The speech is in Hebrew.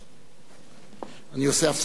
אני עושה הפסקה של חצי דקה.